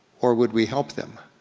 or would we help them?